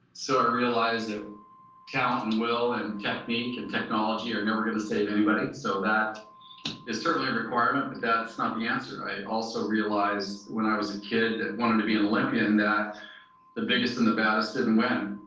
so i realized that talent and will and technique and technology are never going to save anybody. so that is certainly a requirement but that's not the answer i also realized when i was a kid that wanted to be an olympian that the biggest and the baddest didn't win.